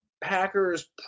Packers